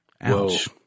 Ouch